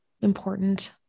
important